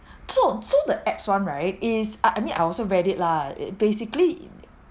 true so the abs [one] right it's ah I mean I also read it lah it basically